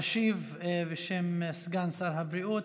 תשיב, בשם סגן שר הבריאות,